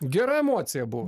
gera emocija buvo